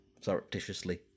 surreptitiously